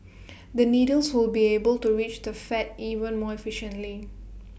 the needles will be able to reach the fat even more efficiently